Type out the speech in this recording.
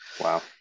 Wow